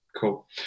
Cool